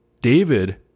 David